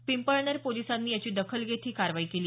पिंपळनेर पोलिसांनी याची दखल घेत ही कारवाई केली